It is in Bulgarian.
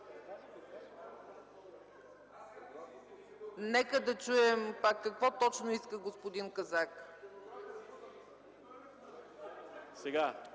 Нека да чуем пак какво точно иска господин Казак. ЧЕТИН